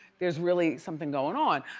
there's really something going on,